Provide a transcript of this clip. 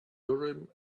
urim